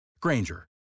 Granger